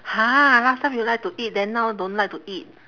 !huh! last time you like to eat then now don't like to eat